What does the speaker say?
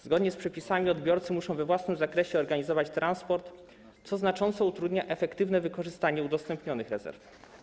Zgodnie z przepisami odbiorcy muszą we własnym zakresie organizować transport, co znacząco utrudnia efektywne wykorzystanie udostępnionych rezerw.